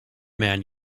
man